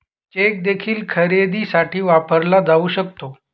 check देखील खरेदीसाठी वापरला जाऊ शकतो